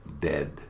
dead